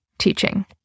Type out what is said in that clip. teaching